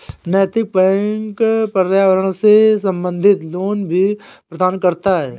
नैतिक बैंक पर्यावरण से संबंधित लोन भी प्रदान करता है